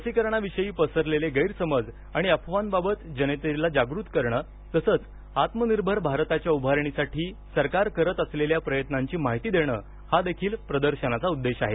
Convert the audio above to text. लसीकरणाविषयी पसरलेले गैरसमज आणि अफवांबाबत जनतेला जागृत करणे तसेच आत्मनिर्भर भारताच्या उभारणीसाठी सरकार करत असलेल्या प्रयत्नांची माहिती देणे हादेखील प्रदर्शनाचा उद्देश आहे